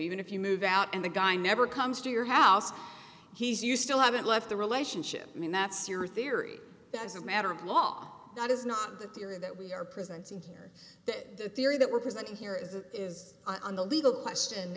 even if you move out and the guy never comes to your house he's you still haven't left the relationship i mean that syria theory that as a matter of law that is not the theory that we are presenting here that theory that were present here is a is on the legal question